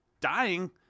dying